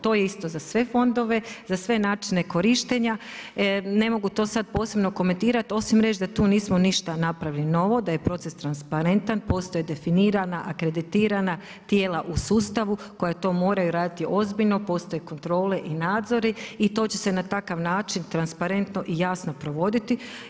To je isto za sve fondove, za sve načine korištenja, ne mogu to sad posebno komentirati osim reći da tu nismo ništa napravili novo, da je proces transparentan, postoje definirana akreditirana tijela u sustavu koja to moraju raditi ozbiljno, postoje kontrole i nadzori i to će se na takav način transparentno i jasno provoditi.